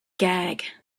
gag